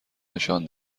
نشان